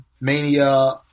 Mania